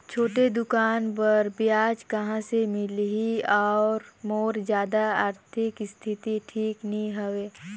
छोटे दुकान बर ब्याज कहा से मिल ही और मोर जादा आरथिक स्थिति ठीक नी हवे?